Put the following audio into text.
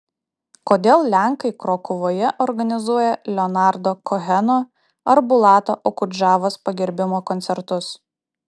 kodėl lenkai krokuvoje organizuoja leonardo koheno ar bulato okudžavos pagerbimo koncertus